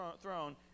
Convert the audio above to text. throne